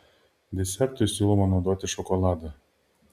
desertui siūloma naudoti šokoladą